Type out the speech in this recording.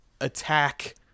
attack